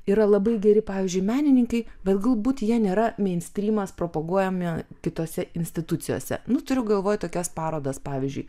yra labai geri pavyzdžiui menininkai bet galbūt jie nėra meinstrymas propaguojami kitose institucijose nu turiu galvoje tokias parodas pavyzdžiui